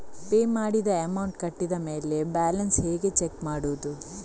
Pay ಮಾಡಿದ amount ಕಟ್ಟಿದ ಮೇಲೆ ಬ್ಯಾಲೆನ್ಸ್ ಹೇಗೆ ಚೆಕ್ ಮಾಡುವುದು?